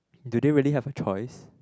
do they really have a choice